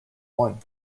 one